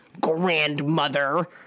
grandmother